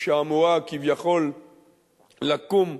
שאמורה כביכול לקום בשומרון,